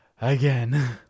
again